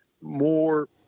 more